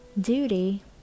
duty